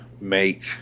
make